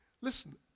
Listen